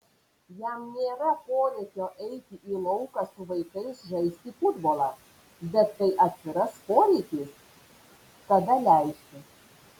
jam nėra poreikio eiti į lauką su vaikais žaisti futbolą bet kai atsiras poreikis tada leisiu